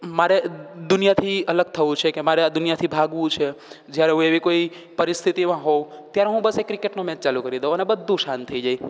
મારે દુનિયાથી અલગ થવું છે કે મારે આ દુનિયાથી ભાગવું છે જ્યારે હું કોઈ એવી પરિસ્થિતિમાં હોઉ બસ ત્યારે હું એક ક્રિકેટ મેચ ચાલુ કરી દઉં અને બધું શાન્ત થઈ જાય